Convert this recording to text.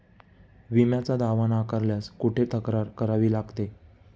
विम्याचा दावा नाकारल्यास कुठे तक्रार करावी लागते?